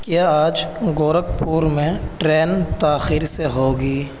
کیا آج گورکھپور میں ٹرین تاخیر سے ہوگی